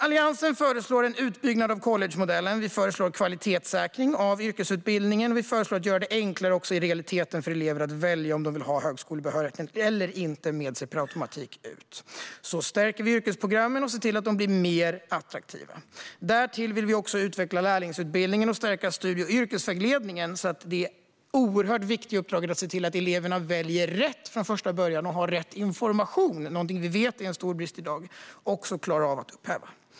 Alliansen föreslår en utbyggnad av collegemodellen. Vi föreslår en kvalitetssäkring av yrkesutbildningen. Vi föreslår att man ska göra det enklare också i realiteten för elever att välja om de vill ha högskolebehörigheten eller inte med sig ut. Så stärker vi yrkesprogrammen och ser till att de blir mer attraktiva. Därtill vill vi utveckla lärlingsutbildningen och stärka studie och yrkesvägledningen. Det handlar om det oerhört viktiga uppdraget att se till att eleverna väljer rätt från första början och att de har rätt information. Där vet vi att det är en stor brist i dag.